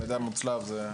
"(2)